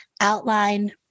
outline